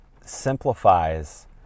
simplifies